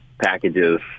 packages